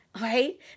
right